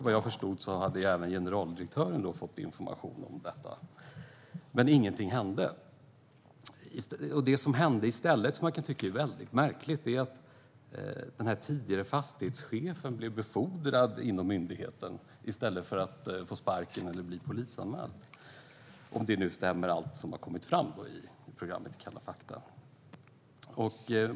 Vad jag förstod hade även generaldirektören fått information om detta, men ingenting hände. Det som i stället hände är något som jag kan tycka är väldigt märkligt: Den tidigare fastighetschefen blev befordrad inom myndigheten i stället för att få sparken eller bli polisanmäld, om nu allt som har kommit fram i programmet Kalla fakta stämmer.